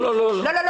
לא לא,